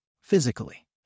physically